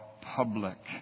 public